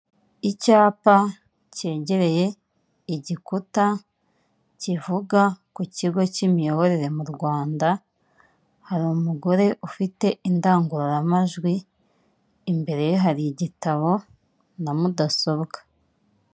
Icyapa cyegereye igikuta kivuga ku kigo cy'imiyoborere mu Rwanda hari umugore ufite indangururamajwi, imbere hari igitabo na mudasobwa.